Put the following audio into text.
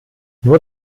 nur